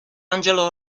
angelo